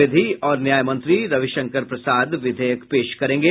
विधि और न्यायमंत्री रविशंकर प्रसाद विधेयक पेश करेंगे